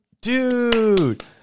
Dude